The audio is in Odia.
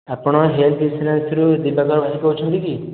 ଆପଣ ହେଲଥ୍ ଇନ୍ସୁରାନ୍ସରୁ ଦିବାକର ଭାଇ କହୁଛନ୍ତି କି